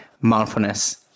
mindfulness